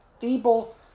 feeble